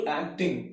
acting